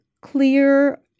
clear